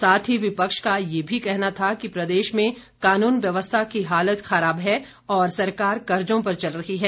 साथ ही विपक्ष का यह भी कहना था कि प्रदेश में कानून व्यवस्था की हालत खराब है और सरकार कर्जो पर चल रही है